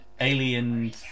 Alien